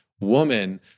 woman